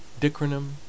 dicronum